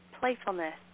playfulness